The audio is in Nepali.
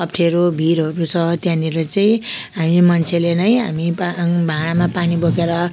अप्ठेरो भिरहरू छ त्यहाँनिर चाहिँ हामी मान्छेले नै हामी पा भाँडामा पानी बोकेर